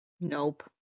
Nope